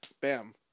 bam